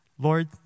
Lord